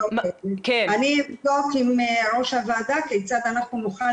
אני אבדוק עם ראש הוועדה כיצד נוכל